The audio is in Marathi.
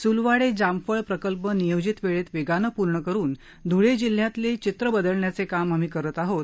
सुलवाडे जामफळ प्रकल्प नियोजित वेळेत वेगाने पुर्ण करुन धुळे जिल्ह्यातील चित्र बदलण्याचे काम आम्ही करीत आहोत